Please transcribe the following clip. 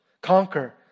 conquer